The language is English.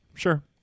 Sure